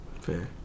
Fair